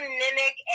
mimic